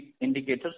indicators